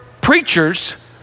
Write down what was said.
preachers